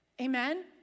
Amen